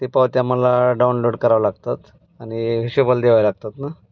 ती पावती आम्हाला डाउनलोड करावं लागतात आणि हिशेबाला द्यावे लागतात ना